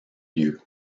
lieu